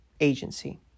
agency